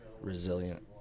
resilient